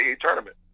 tournament